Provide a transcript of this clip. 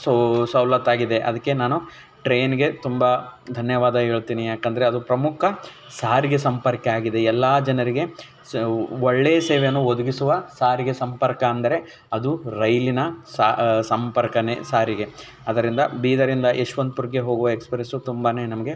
so ಸವಲತ್ತಾಗಿದೆ ಅದಕ್ಕೆ ನಾನು ಟ್ರೈನ್ಗೆ ತುಂಬ ಧನ್ಯವಾದ ಹೇಳ್ತೀನಿ ಯಾಕೆಂದ್ರೆ ಅದು ಪ್ರಮುಖ ಸಾರಿಗೆ ಸಂಪರ್ಕ ಆಗಿದೆ ಎಲ್ಲ ಜನರಿಗೆ ಒಳ್ಳೆಯ ಸೇವೆಯನ್ನು ಒದಗಿಸುವ ಸಾರಿಗೆ ಸಂಪರ್ಕ ಅಂದರೆ ಅದು ರೈಲಿನ ಸಾ ಸಂಪರ್ಕವೇ ಸಾರಿಗೆ ಅದರಿಂದ ಬೀದರ್ನಿಂದ ಯಶ್ವಂತಪುರ್ಗೆ ಹೋಗುವ ಎಕ್ಸ್ಪ್ರೆಸ್ಸು ತುಂಬನೇ ನಮಗೆ